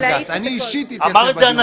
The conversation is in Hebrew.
דיברה אישה, הכול